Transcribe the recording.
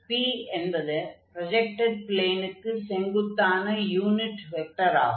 p என்பது projected ப்ளேனுக்கு செங்குத்தான யூனிட் வெக்டராகும்